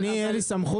אני אין לי סמכות,